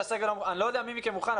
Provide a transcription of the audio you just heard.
אני לא יודע מי מכם מוכן,